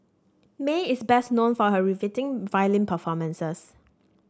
Mae is best known for her riveting violin performances